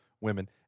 women